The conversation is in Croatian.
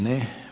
Ne.